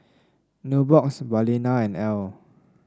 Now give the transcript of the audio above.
Nubox Balina and Elle